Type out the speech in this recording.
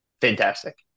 Fantastic